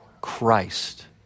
Christ